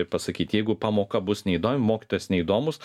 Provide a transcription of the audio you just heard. pasakyt jeigu pamoka bus neįdomi mokytojas neįdomus